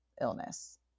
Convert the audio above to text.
illness